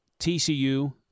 TCU